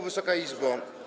Wysoka Izbo!